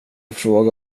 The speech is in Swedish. fråga